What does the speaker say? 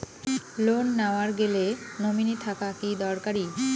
Loan নেওয়ার গেলে nominee থাকা কি দরকারী?